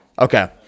Okay